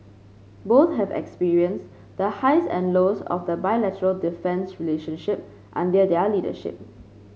both have experienced the highs and lows of the bilateral defence relationship under their leadership